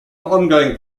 ongoing